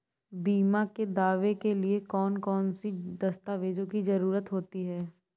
बीमा के दावे के लिए कौन कौन सी दस्तावेजों की जरूरत होती है?